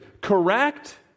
Correct